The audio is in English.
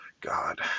God